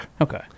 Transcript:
Okay